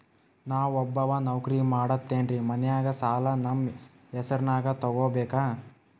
ನಾ ಒಬ್ಬವ ನೌಕ್ರಿ ಮಾಡತೆನ್ರಿ ಮನ್ಯಗ ಸಾಲಾ ನಮ್ ಹೆಸ್ರನ್ಯಾಗ ತೊಗೊಬೇಕ?